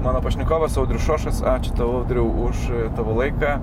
mano pašnekovas audrius šošas ačiū tau audriau už tavo laiką